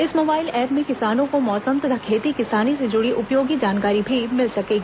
इस mobile app में किसानों को मौसम तथा खेती किसानी से जुड़ी उपयोगी जानकारी भी मिल सकेगी